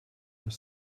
are